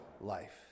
life